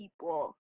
people